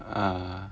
uh